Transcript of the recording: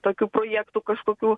tokių projektų kažkokių